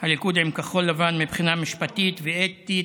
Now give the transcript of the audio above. של הליכוד עם כחול לבן מבחינה משפטית ואתית,